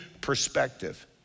perspective